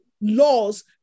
laws